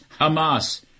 Hamas